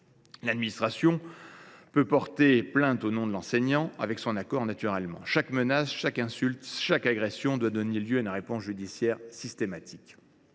L’administration pourra ainsi porter plainte au nom de l’enseignant, avec son accord. Chaque menace, chaque insulte, chaque agression doit donner lieu à une réponse judiciaire, systématiquement.